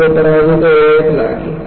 ഇത് പരാജയത്തെ വേഗത്തിലാക്കി